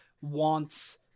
wants